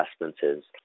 investments